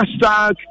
hashtag